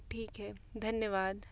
ठीक है धन्यवाद